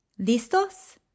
Listos